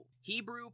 Hebrew